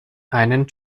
einen